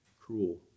cruel